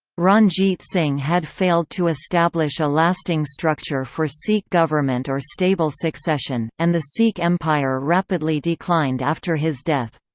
ranjit singh had failed to establish a lasting structure for sikh government or stable succession, and the sikh empire rapidly declined after his death.